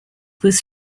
was